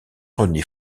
rené